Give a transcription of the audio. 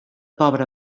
pobre